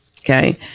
Okay